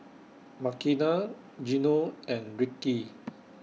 Makena Gino and Rickey